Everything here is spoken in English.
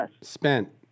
spent